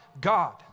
God